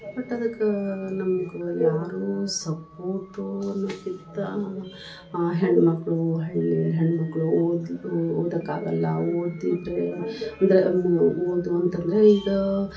but ಅದ್ಕ ನಮ್ಗ ಯಾರು ಸಪೋರ್ಟು ಅನ್ನೊಕ್ಕಿಂತ ಆ ಹೆಣ್ಮಕ್ಕಳು ಹಳ್ಳಿ ಹೆಣ್ಮಕ್ಕಳು ಓದಕ್ಕಾಗಲ್ಲ ಓದಿದರೆ ಅಂದ್ರ ಓದು ಅಂತಂದರೆ ಈಗ